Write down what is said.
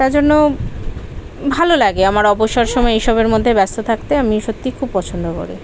তাজন্য ভালো লাগে আমার অবসর সমায়ে এই সবের মধ্যে ব্যস্ত থাকতে আমি সত্যিই খুব পছন্দ করে